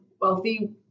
wealthy